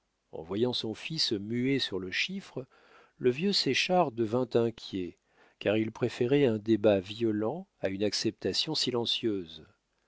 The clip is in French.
en voyant son fils muet sur le chiffre le vieux séchard devint inquiet car il préférait un débat violent à une acceptation silencieuse